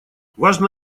важно